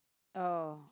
oh